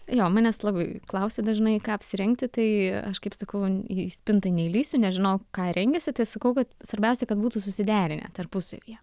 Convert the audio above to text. jo manęs labai klausia dažnai ką apsirengti tai aš kaip sakau į spintą neįlįsiu nežinau ką rengiasi tai aš sakau kad svarbiausia kad būtų susiderinę tarpusavyje